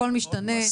הכל משתנה.